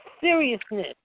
seriousness